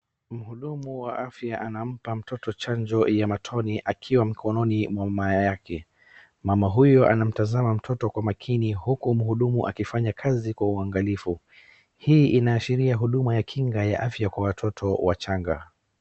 Mhudumu wa afya anampa mtoto chanjo ya matone akiwa mikononi mwa mama yake. Mama huyo anamtazama mtoto kwa umakini uku mhudumu akifanya kazi kwa uangalifu. Hii inaashiria huduma ya kinga ya afya kwa watoto wachanga.